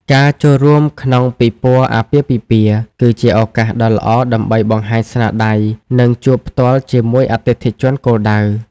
ការចូលរួមក្នុងពិព័រណ៍អាពាហ៍ពិពាហ៍ គឺជាឱកាសដ៏ល្អដើម្បីបង្ហាញស្នាដៃ និងជួបផ្ទាល់ជាមួយអតិថិជនគោលដៅ។